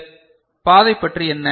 இந்த பாதை பற்றி என்ன